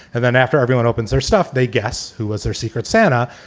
and then after everyone opens their stuff, they guess who was their secret santa.